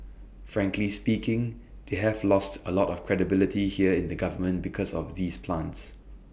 frankly speaking they have lost A lot of credibility here in the government because of these plants